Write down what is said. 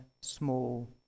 small